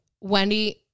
Wendy